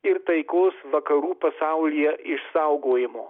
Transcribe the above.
ir taikos vakarų pasaulyje išsaugojimo